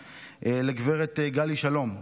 לגב' גלי שלום,